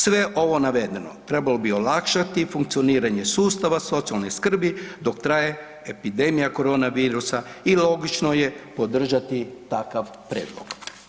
Sve ovo navedeno trebalo bi olakšati funkcioniranje sustava socijalne skrbi dok traje epidemija korona virusa i logično je podržati takav prijedlog.